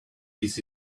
this